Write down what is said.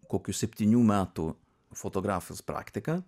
kokių septynių metų fotografijos praktika